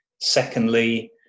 Secondly